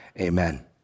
Amen